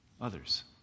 Others